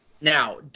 Now